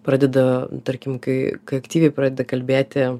pradeda tarkim kai kai aktyviai pradeda kalbėti